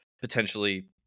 potentially